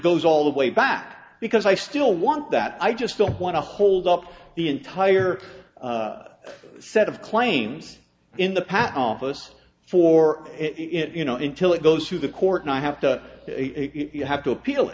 goes all the way back because i still want that i just don't want to hold up the entire set of claims in the patent office for it you know until it goes to the court and i have to you have to appeal it